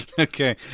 Okay